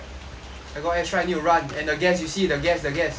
I got air strike need to run and the gas you see the gas the gas